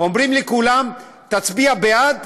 אומרים לי כולם: תצביע בעד,